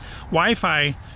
Wi-Fi